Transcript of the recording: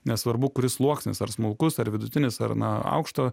nesvarbu kuris sluoksnis ar smulkus ar vidutinis ar na aukšto